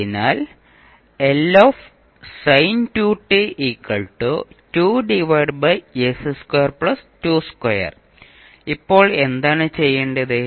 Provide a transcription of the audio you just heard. അതിനാൽ ഇപ്പോൾ എന്താണ് ചെയ്യേണ്ടത്